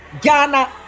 ghana